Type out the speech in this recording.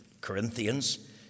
Corinthians